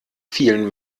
vielen